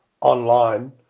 online